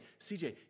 CJ